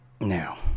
Now